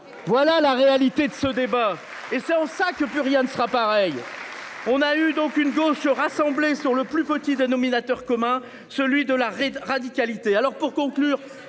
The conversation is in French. Voilà la réalité de ce débat et c'est en ça que plus rien ne sera pareil. On a eu donc une gauche rassemblée sur le. Plus fautif dénominateur commun, celui de la radicalité.